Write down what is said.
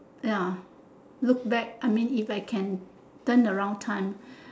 ya look back if I can turn around time